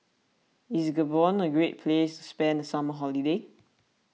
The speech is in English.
is Gabon a great place to spend the summer holiday